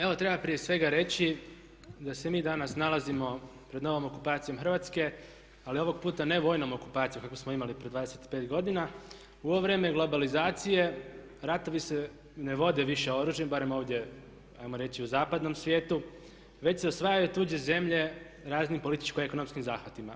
Evo treba prije svega reći da se mi danas nalazimo pred novom okupacijom Hrvatske ali ovog puta ne vojnom okupacijom kakvu smo imali prije 25 godina, u ovo vrijeme globalizacije ratovi se ne vode više oružjem, barem ovdje ajmo reći u zapadnom svijetu, već se osvajaju tuđe zemlje raznim političko-ekonomskim zahvatima.